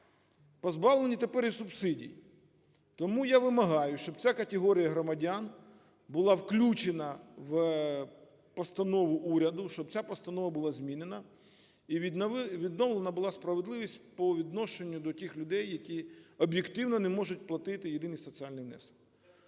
позбавлені тепер і субсидій. Тому я вимагаю, щоб ця категорія громадян була включена в постанову уряду, щоб ця постанова була змінена, і відновлена була справедливість по відношенню до тих людей, які об'єктивно не можуть платити єдиний соціальний внесок.